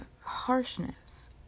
harshness